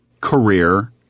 career